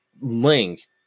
link